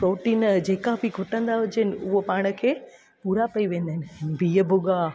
protein जेका बि खुटंदा हुजनि उहा पाण खे पूरा पेई वेंदा आहिनि बिहु भुॻा